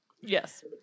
Yes